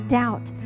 doubt